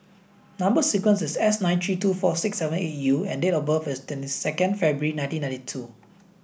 number sequence is S nine three two four six seven eight U and date of birth is twenty second February nineteen ninety two